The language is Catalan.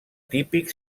típic